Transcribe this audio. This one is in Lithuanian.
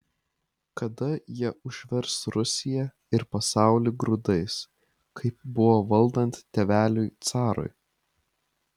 kada jie užvers rusiją ir pasaulį grūdais kaip buvo valdant tėveliui carui